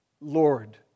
Lord